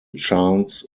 chance